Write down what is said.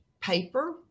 paper